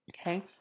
Okay